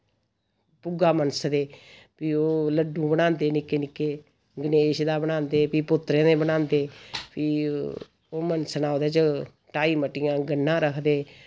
भुग्गा मनसदे फ्ही ओह् लड्डू बनांदे निक्के निक्के गणेश दा बनांदे फ्ही पोत्तरें दे बनांदे फ्ही ओह् मनसना ओह्दे च ढाई मट्टियां गन्ना रखदे